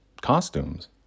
costumes